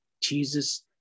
Jesus